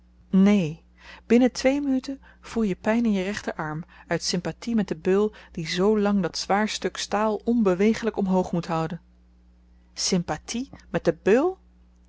neen binnen twee minuten voel je pyn in je rechterarm uit sympathie met den beul die zoo lang dat zwaar stuk staal onbewegelyk omhoog moet houden sympathie met den beul